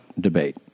debate